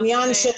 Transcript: עניין של